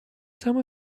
some